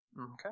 Okay